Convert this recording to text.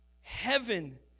heaven